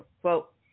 Quote